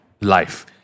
life